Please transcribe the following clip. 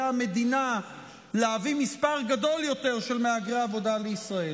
המדינה להביא מספר גדול יותר של מהגרי עבודה לישראל.